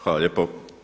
Hvala lijepo.